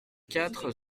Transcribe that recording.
quatre